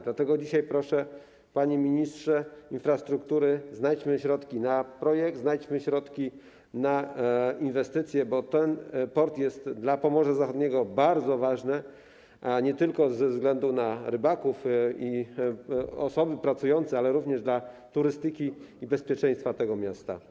Dlatego dzisiaj proszę, panie ministrze infrastruktury, znajdźmy środki na projekt, znajdźmy środki na inwestycje, bo ten port jest dla Pomorza Zachodniego bardzo ważny nie tylko ze względu na rybaków i osoby pracujące, ale również ze względu na turystykę i bezpieczeństwo tego miasta.